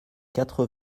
quatre